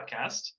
podcast